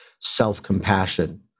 self-compassion